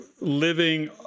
living